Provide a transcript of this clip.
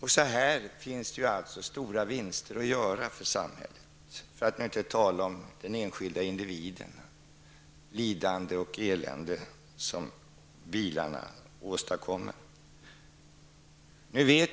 Det finns alltså stora vinster att göra här för samhället, för att inte tala om situationen för den enskilde individen, med det lidande och elände som bilarna åstadkommer.